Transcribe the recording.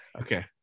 okay